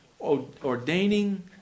ordaining